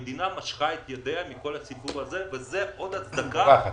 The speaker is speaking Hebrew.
המדינה משכה את ידיה מכל הציבור הזה וזאת עוד הצדקה